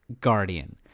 guardian